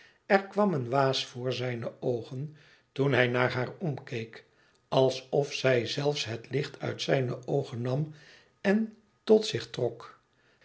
er kwam een waas voor zijne oogen toen hij naar haar omkeek alsof zij zelfs het licht uit zijne oogen nam en tot zich trok